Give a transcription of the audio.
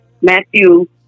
Matthew